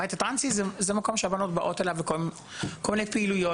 הבית הטרנסי הוא מקום שהבנות באות אליו לכל מיני פעילויות.